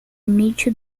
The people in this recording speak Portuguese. limite